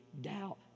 doubt